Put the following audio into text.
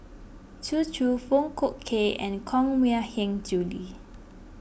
Zhu Xu Foong Fook Kay and Koh Mui Hiang Julie